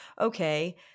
okay